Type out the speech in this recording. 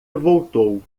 voltou